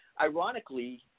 Ironically